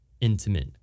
intimate